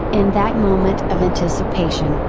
in that moment of anticipation,